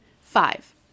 Five